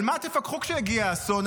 על מה תפקחו כשיגיע האסון?